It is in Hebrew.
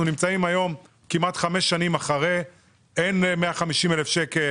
אנחנו נמצאים היום כמעט חמש שנים אחרי; אין 150,000 ₪,